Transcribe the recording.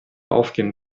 aufgehen